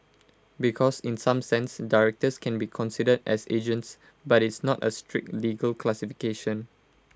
because in some sense directors can be considered as agents but it's not A strict legal classification